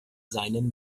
seinen